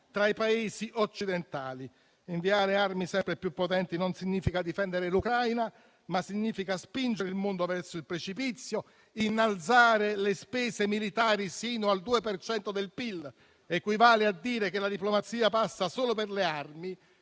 tra i Paesi occidentali. Inviare armi sempre più potenti non significa difendere l'Ucraina, ma significa spingere il mondo verso il precipizio, innalzare le spese militari sino al 2 per cento del PIL, il che equivale a dire che la diplomazia passa solo per le armi,